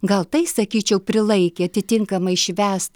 gal tai sakyčiau prilaikė atitinkamai švęst